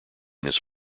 this